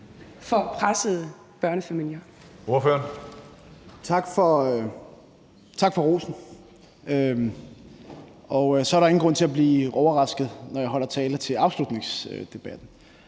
for pressede børnefamilier.